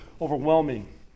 overwhelming